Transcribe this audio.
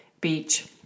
beach